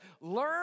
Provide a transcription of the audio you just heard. Learn